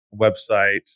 website